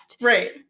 Right